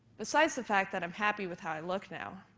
besides the fact that i'm happy with how i look now,